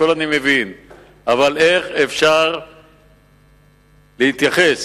אבל איך אפשר להתייחס